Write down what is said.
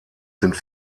sind